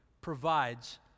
provides